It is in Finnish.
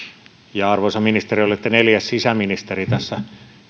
ja arvoisa ministeri olette neljäs sisäministeri tässä